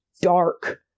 dark